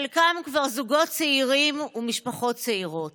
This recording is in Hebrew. חלקם כבר זוגות צעירים ומשפחות צעירות.